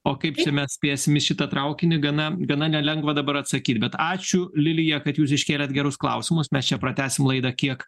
o kaip šiemet spėsim į šitą traukinį gana gana nelengva dabar atsakyt bet ačiū lilija kad jūs iškėlėt gerus klausimus mes čia pratęsim laidą kiek